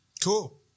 Cool